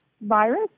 virus